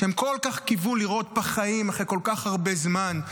שהן כל כך קיוו לראות בחיים אחרי כל כך הרבה זמן.